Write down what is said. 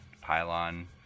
pylon